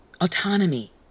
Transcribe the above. Autonomy